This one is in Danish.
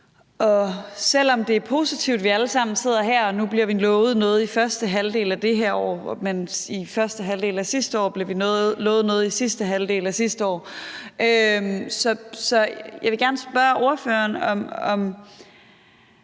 og selv om det er positivt, at vi alle sammen sidder her – og nu bliver vi lovet noget i første halvdel af det her år, mens vi i første halvdel af sidste år blev lovet noget i sidste halvdel af sidste år – så vil jeg gerne spørge ordføreren, om